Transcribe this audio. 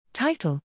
Title